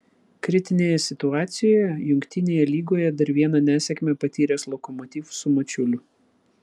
kritinėje situacijoje jungtinėje lygoje dar vieną nesėkmę patyręs lokomotiv su mačiuliu